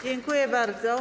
Dziękuję bardzo.